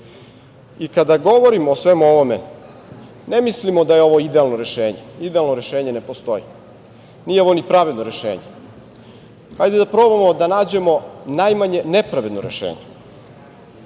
govorimo o svemu ovome, ne mislimo da je ovo idealno rešenje, idealno rešenje ne postoji. Nije ovo ni pravedno rešenje. Hajde da probamo da nađemo najmanje nepravedno rešenje.